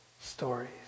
stories